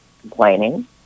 complaining